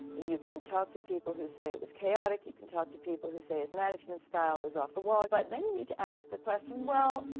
you can talk to people who say it was chaotic. you can talk to people who say his management style was off-the-wall. but then you need to ask the question, well,